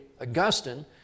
Augustine